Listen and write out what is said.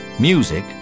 Music